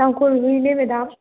ꯇꯥꯡꯈꯨꯜ ꯍꯨꯏꯅꯦ ꯃꯦꯗꯥꯝ